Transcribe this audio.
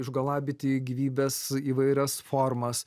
išgalabyti gyvybes įvairias formas